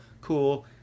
Cool